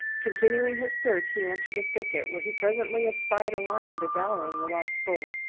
continuing his search, he entered a thicket, where he presently espied a lion devouring the lost bull.